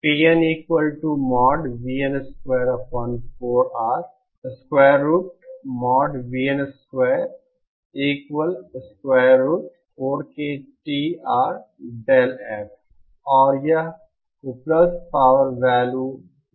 और यह उपलब्ध पावर वैल्यू